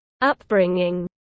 upbringing